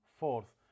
fourth